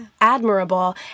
admirable